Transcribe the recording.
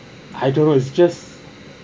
I don't know it's just